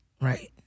Right